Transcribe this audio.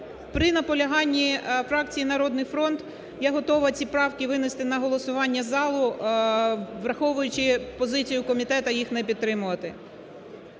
при наполяганні фракції "Народний фронт" я готова ці правки винести на голосування залу, враховуючи позицію комітету їх не підтримувати.